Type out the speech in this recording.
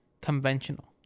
conventional